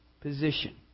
position